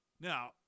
Now